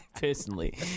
personally